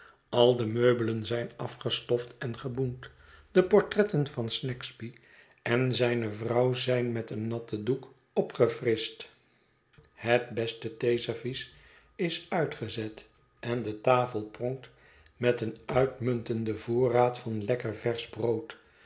al de meubelen zijn afgestoft en geboend de portretten van snagsby en zijne vrouw zijn met een natten doek opgefrischt het beste theeservies is uitgezet en de tafel pronkt met een uitmuntenden voorraad van lekker versch brood